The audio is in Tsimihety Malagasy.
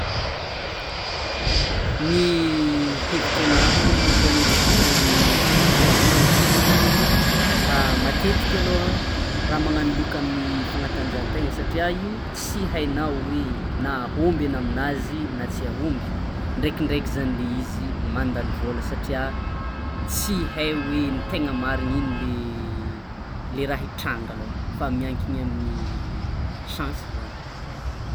Ny hevitry anah momba ny filokana amin'ny fagnatanjahantena, matetika aloh raha magnagno loka amy fagnatanjahantegna satria io tsy haignao hoe na ahom by ana aminazy na tsy ahomby ndrekindreky zany le izy mandany vola satria tsy hey hoe ny tegna marigny igny le le raha hitranga aloha fa miankigny amin'ny chance zany.